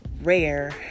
rare